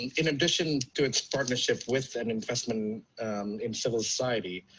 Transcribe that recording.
in addition to its partnership with an investment um in civil society,